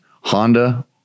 Honda